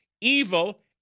evil